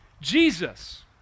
Jesus